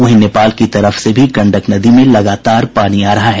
वहीं नेपाल की तरफ से भी गंडक नदी में लगातार पानी आ रहा है